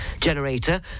generator